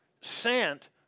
sent